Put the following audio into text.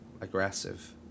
aggressive